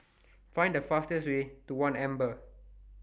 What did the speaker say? Find The fastest Way to one Amber